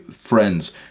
friends